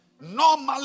Normally